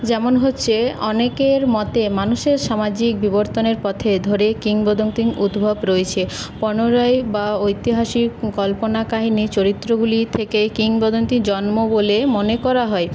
যেমন হচ্ছে অনেকের মতে মানুষের সামাজিক বিবর্তনের পথে ধরে কিংবদন্তি উদ্ভব রয়েছে পনেরোই বা ঐতিহাসিক কল্পনা কাহিনির চরিত্রগুলি থেকে কিংবদন্তির জন্ম বলে মনে করা হয়